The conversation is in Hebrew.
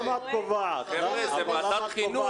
למה את מתפרצת ככה?